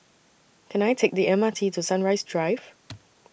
Can I Take The M R T to Sunrise Drive